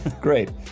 great